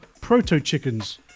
proto-chickens